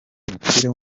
w’umupira